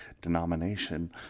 denomination